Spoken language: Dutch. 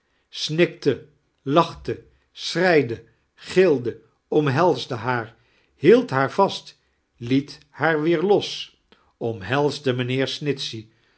snikte lachte schreide gilcte omhelsde haar hield haar vast liet haar weer los omhelsde mijnheer snitchey